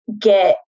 get